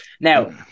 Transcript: Now